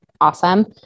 Awesome